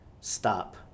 stop